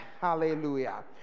hallelujah